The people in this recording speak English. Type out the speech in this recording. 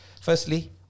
firstly